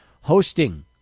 Hosting